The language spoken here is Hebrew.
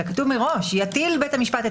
אלא כתוב מראש: "יטיל בית המשפט את